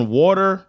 water